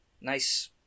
Nice